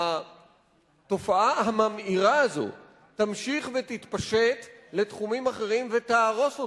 התופעה הממאירה הזאת תמשיך ותתפשט לתחומים אחרים ותהרוס אותם.